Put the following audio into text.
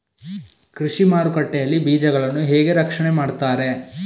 ಕೃಷಿ ಮಾರುಕಟ್ಟೆ ಯಲ್ಲಿ ಬೀಜಗಳನ್ನು ಹೇಗೆ ರಕ್ಷಣೆ ಮಾಡ್ತಾರೆ?